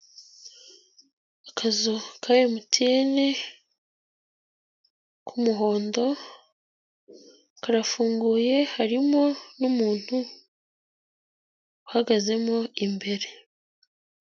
Akazu kari MTN kumuhondo, karafunguye harimo umuntu uhagazemo imbere.